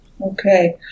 Okay